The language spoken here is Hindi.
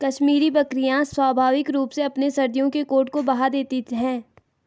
कश्मीरी बकरियां स्वाभाविक रूप से अपने सर्दियों के कोट को बहा देती है